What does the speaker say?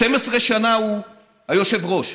12 שנה הוא היושב-ראש.